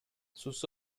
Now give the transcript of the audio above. sus